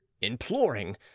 imploring